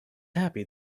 happy